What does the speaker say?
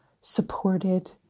supported